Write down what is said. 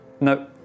No